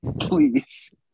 Please